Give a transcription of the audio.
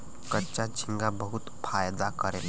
कच्चा झींगा बहुत फायदा करेला